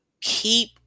keep